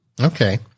Okay